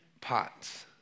pots